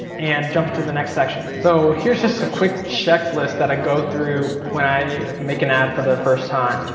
and jump into the next section. so here's just a quick checklist that i go through when i make an ad for the first time.